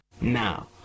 Now